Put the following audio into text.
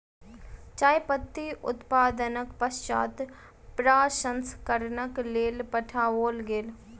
चाय पत्ती उत्पादनक पश्चात प्रसंस्करणक लेल पठाओल गेल